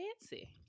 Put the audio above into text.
fancy